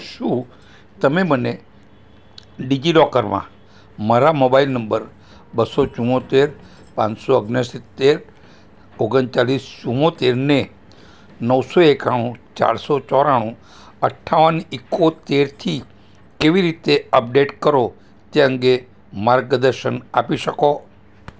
શું તમે મને ડીજીલોકરમાં મારા મોબાઈલ નંબર બસો ચુંમોતેર પાંચસો ઓગણસિત્તેર ઓગણ ચાલીસ ચુંમોતેરને નવસો એકાણું ચારસો ચોરાણું અઠાવન એકોતેરથી કેવી રીતે અપડેટ કરો તે અંગે માર્ગદર્શન આપી શકો